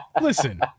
listen